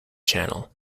channel